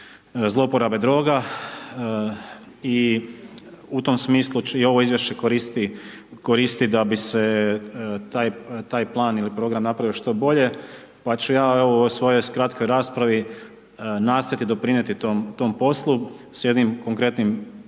zlouporabe droga i u tom smislu i ovo izvješće koristi da bi se taj plan ili program napravio što bolje, pa ću ja, evo, u ovoj svojoj kratkoj raspravi, nastojati doprinijeti tom poslu s jednim konkretnim